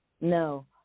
No